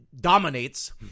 dominates